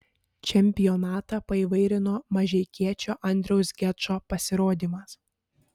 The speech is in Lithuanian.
čempionatą paįvairino mažeikiečio andriaus gečo pasirodymas